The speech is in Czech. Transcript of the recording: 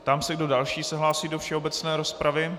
Ptám se, kdo další se hlásí do všeobecné rozpravy.